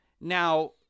Now